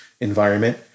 environment